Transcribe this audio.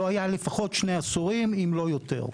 שלא היה לפחות שני עשורים, אם לא יותר.